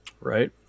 right